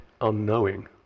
unknowing